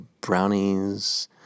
Brownies